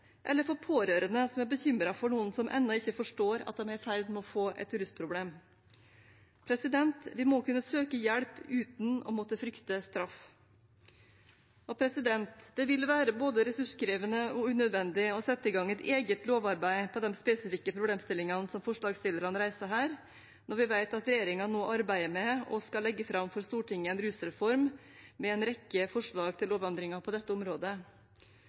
eller pårørende som er bekymret for noen som ennå ikke forstår at de er i ferd med å få et rusproblem. De må kunne søke hjelp uten å måtte frykte straff. Det vil være både ressurskrevende og unødvendig å sette i gang et eget lovarbeid om de spesifikke problemstillingene som forslagsstillerne reiser her, når vi vet at regjeringen nå arbeider med å legge fram for Stortinget en rusreform med en rekke forslag til lovendringer på dette området.